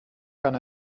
kann